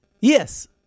Yes